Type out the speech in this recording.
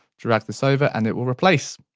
drag this over, and it will replace.